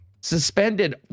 suspended